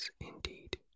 indeed